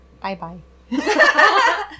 Bye-bye